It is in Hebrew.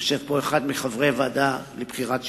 יושב פה אחד מחברי הוועדה לבחירת שופטים,